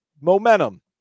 Momentum